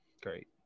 Great